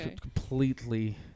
Completely